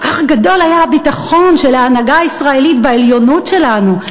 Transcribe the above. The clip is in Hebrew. כל כך גדול היה הביטחון של ההנהגה הישראלית בעליונות שלנו,